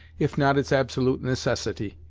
if not its absolute necessity.